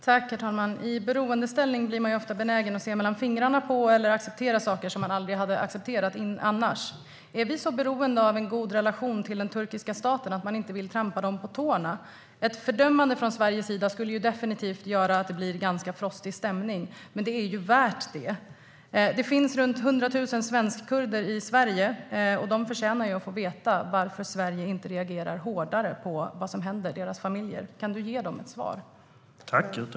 Herr talman! I beroendeställning blir man ju ofta benägen att se mellan fingrarna eller acceptera saker som man annars aldrig hade accepterat. Är vi så beroende av en god relation till den turkiska staten att vi inte vill trampa den på tårna? Ett fördömande från Sveriges sida skulle definitivt göra att det blir en ganska frostig stämning, men det är det ju värt. Det finns runt 100 000 svensk-kurder i Sverige, och de förtjänar att få veta varför Sverige inte reagerar hårdare på det som händer deras familjer. Kan du ge dem ett svar, Margot Wallström?